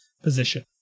position